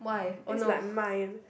this like mine